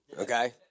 Okay